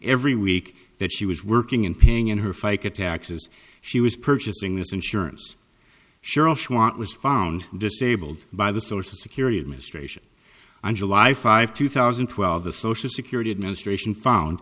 every week that she was working and paying her fica taxes she was purchasing this insurance sure all she want was found disabled by the social security administration on july five two thousand and twelve the social security administration found